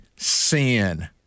Sin